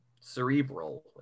cerebral